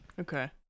Okay